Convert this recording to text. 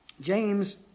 James